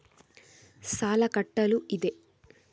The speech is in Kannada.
ಸಾಲ ಕಟ್ಟಲು ಇದೆ